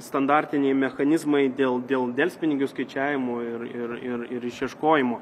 standartiniai mechanizmai dėl dėl delspinigių skaičiavimų ir ir ir ir išieškojimo